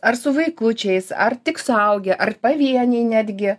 ar su vaikučiais ar tik suaugę ar pavieniai netgi